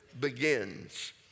begins